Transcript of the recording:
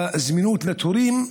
בזמינות תורים,